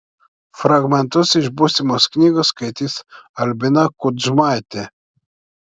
fragmentus iš būsimos knygos skaitys albina kudžmaitė